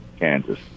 Kansas